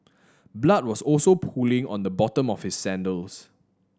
blood was also pooling on the bottom of his sandals